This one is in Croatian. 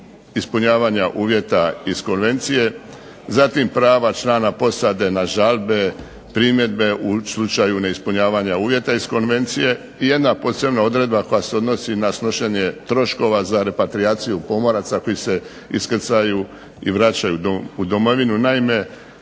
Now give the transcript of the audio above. ispunjavanja uvjeta iz konvencije, zatim prava člana posade na žalbe, primjedbe u slučaju neispunjavanja uvjeta iz konvencije i jedna posebna odredba koja se odnosi na snošenje troškova za repatrijaciju pomoraca koji se iskrcaju i vraćaju u Domovinu. Naime,